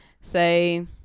Say